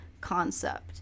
concept